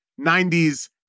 90s